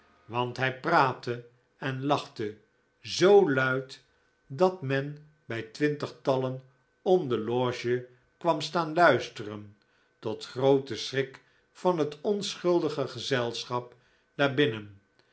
want hij praatte en lachte zoo luid dat men bij twintigtallen om de loge kwam staan luisteren tot grooten schrik van het onschuldige gezelschap daar binnen